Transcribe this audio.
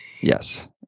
yes